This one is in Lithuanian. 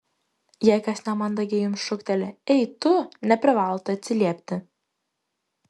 jei kas nemandagiai jums šūkteli ei tu neprivalote atsiliepti